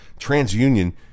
TransUnion